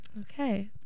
Okay